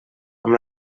amb